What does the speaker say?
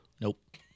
Nope